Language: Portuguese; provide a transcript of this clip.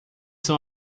são